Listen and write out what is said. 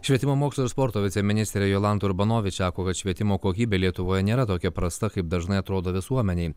švietimo mokslo ir sporto viceministrė jolanta urbanovič sako kad švietimo kokybė lietuvoje nėra tokia prasta kaip dažnai atrodo visuomenei